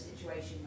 situation